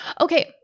Okay